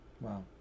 Wow